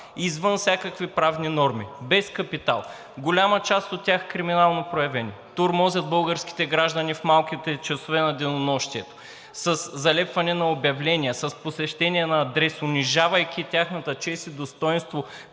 извън всякакви правни норми, без капитал, голяма част от тях криминално проявени тормозят българските граждани в малките часове на денонощието със залепване на обявления, с посещения на адрес, унижавайки тяхната чест и достойнство